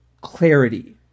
clarity